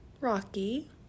rocky